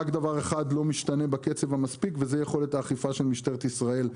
רק דבר אחד לא משתנה באופן המספיק וזה יכולת האכיפה של משטרת ישראל.